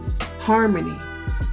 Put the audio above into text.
harmony